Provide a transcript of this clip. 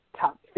top